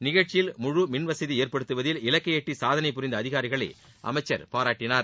நிகழ்ச்சியில் முழு மின்வசதி ஏற்படுத்துவதில் இலக்கை எட்டி சாதனை புரிந்த அதிகாரிகளை அமைச்சர் பாராட்டினார்